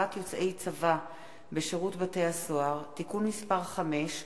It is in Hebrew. יוצאי צבא בשירות בתי-הסוהר) (תיקון מס' 5),